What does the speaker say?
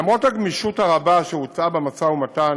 למרות הגמישות הרבה שהוצעה במשא ומתן,